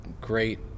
great